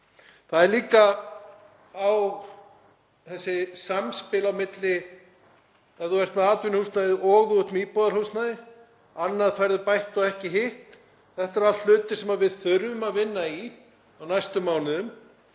Það er líka samspil á milli ef þú ert með atvinnuhúsnæði og með íbúðarhúsnæði. Annað færðu bætt en ekki hitt. Þetta eru allt hlutir sem við þurfum að vinna í á næstu mánuðum,